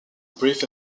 brief